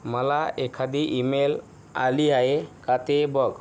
मला एखादी ईमेल आली आहे का ते बघ